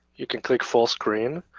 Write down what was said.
you can click full screen.